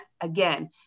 again